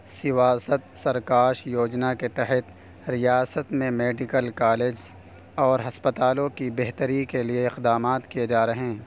سرکاری یوجنا کے تحت ریاست میں میڈیکل کالج اور ہسپتالوں کی بہتری کے لیے اقدامات کیے جا رے ہیں